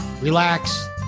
relax